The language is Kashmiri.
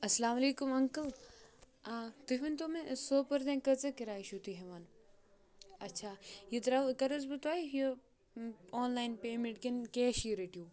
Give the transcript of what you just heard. السلامُ علیکُم اَنکٕل آ تُہۍ ؤنۍ تو مےٚ سوپور تانۍ کۭژاہ کِراے چھُو تُہۍ ہیٚوان اچھا یہِ ترٛاوٕ کَرٕ حظ بہٕ تۄہہِ یہِ آن لاین پیمٮ۪نٛٹ کِنہٕ کیشی رٔٹِو